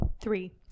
Three